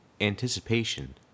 anticipation